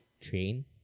train